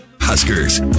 Huskers